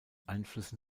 einflüssen